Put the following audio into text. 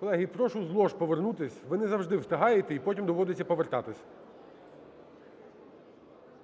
Колеги, прошу з лож повернутися. Ви не завжди встигаєте, і потім доводиться повертатися.